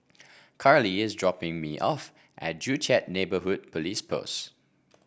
Carly is dropping me off at Joo Chiat Neighbourhood Police Post